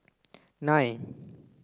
nine